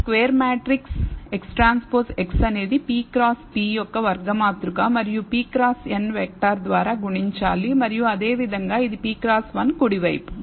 ఇది square matrix XTX అనేది p cross p యొక్క వర్గ మాతృక మరియు p క్రాస్ n వెక్టర్ ద్వారా గుణించాలి మరియు అదే విధంగా ఇది p క్రాస్ 1 కుడి వైపు